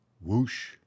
Whoosh